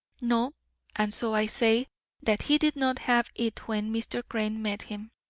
no and so i say that he did not have it when mr. crane met him.